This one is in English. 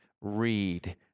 read